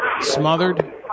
Smothered